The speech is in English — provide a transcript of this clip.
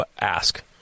Ask